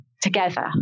together